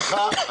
סליחה,